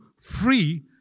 free